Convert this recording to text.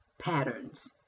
patterns